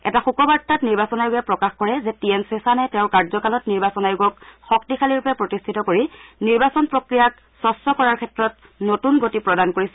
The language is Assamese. এটা শোক বাৰ্তাত নিৰ্বাচন আয়োগে প্ৰকাশ কৰে যে টি এন ছেছানে তেওঁৰ কাৰ্যকালত নিৰ্বাচন আয়োগক শক্তিশালীৰূপে প্ৰতিষ্ঠিত কৰি নিৰ্বাচন প্ৰক্ৰিয়াক স্বচ্ছ কৰাৰ ক্ষেত্ৰত নতুন গতি প্ৰদান কৰিছিল